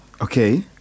Okay